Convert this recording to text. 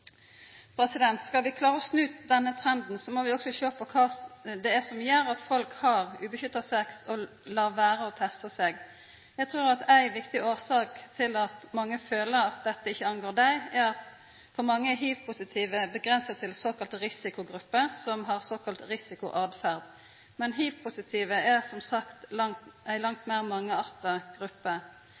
Skal vi klara å snu denne trenden, må vi òg sjå på kva det er som gjer at folk har ubeskytta sex, og lèt vera å testa seg. Eg trur at ei viktig årsak til at mange føler at dette ikkje angår dei, er at for mange er hivpositive avgrensa til såkalla risikogrupper, som har såkalla risiko åtferd. Men hivpositive er som sagt ei langt meir mangearta